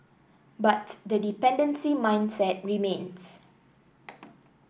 but the dependency mindset remains